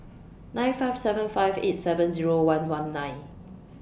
nine five seven five eight seven Zero one one nine